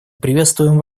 приветствуем